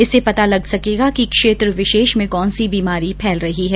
इससे पता लग सकेगा कि क्षेत्र विशेष में कौनसी बीमारी फैल रही है